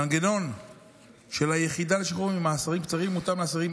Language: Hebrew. המנגנון של היחידה לשחרור ממאסרים קצרים מותאם לאסירים